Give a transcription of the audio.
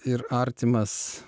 ir artimas